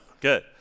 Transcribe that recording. Good